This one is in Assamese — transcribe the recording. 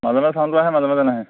মাজে মাজে চাউণ্ডটো আহে মাজে নাহে